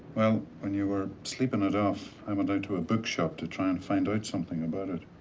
well, when you were sleeping it off, i went out to a bookshop to try and find out something about it.